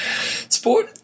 Sport